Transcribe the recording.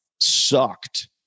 sucked